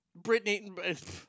Britney